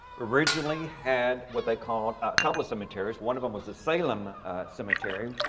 originally had what they call a couple of cemeteries. one of them was the salem cemetery,